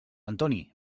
antoni